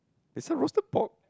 they sell roasted pork